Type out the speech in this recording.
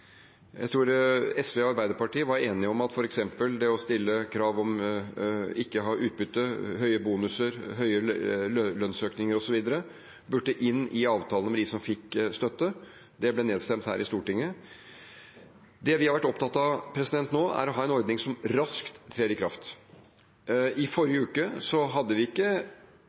Jeg tror SV og Arbeiderpartiet var enige om at f.eks. det å stille krav om ikke å ha utbytte, høye bonuser, høye lønnsøkninger osv. burde inn i avtalen med dem som fikk støtte. Det ble nedstemt her i Stortinget. Det vi har vært opptatt av nå, er å ha en ordning som raskt trer i kraft. I forrige uke hadde vi ikke